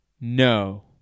no